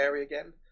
again